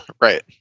Right